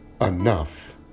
enough